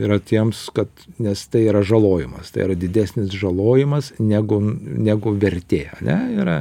yra tiems kad nes tai yra žalojimas tai yra didesnis žalojimas negu negu vertė ane yra